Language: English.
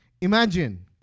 Imagine